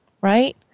right